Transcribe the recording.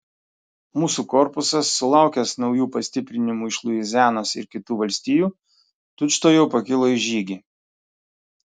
mūsų korpusas sulaukęs naujų pastiprinimų iš luizianos ir kitų valstijų tučtuojau pakilo į žygį